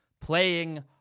playing